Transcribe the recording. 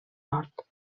hort